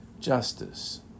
justice